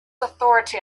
authority